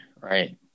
right